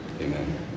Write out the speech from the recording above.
Amen